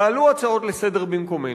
תעלו הצעות לסדר-היום במקומנו,